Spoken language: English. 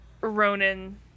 Ronan